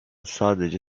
sadece